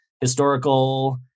historical